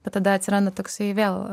bet tada atsiranda toksai vėl